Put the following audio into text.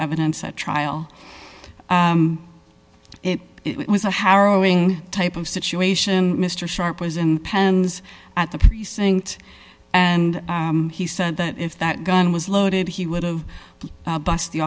evidence at trial it was a harrowing type of situation mr sharp was in pens at the precinct and he said that if that gun was loaded he would have bus the